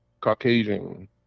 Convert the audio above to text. caucasian